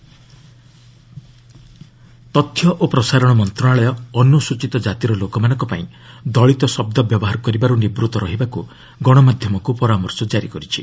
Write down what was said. I and B ministry ଦଳିତ ତଥ୍ୟ ଓ ପ୍ରସାରଣ ମନ୍ତ୍ରଣାଳୟ ଅନୁସ୍ଚିତ କାତିର ଲୋକମାନଙ୍କ ପାଇଁ ଦଳିତ ଶବ୍ଦ ବ୍ୟବହାର କରିବାରୁ ନିବୂତ୍ତ ରହିବାକୁ ଗଶମାଧ୍ୟମକୁ ପରାମର୍ଶ ଜାରି କରିଛି